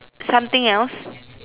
something else